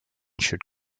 should